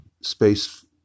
space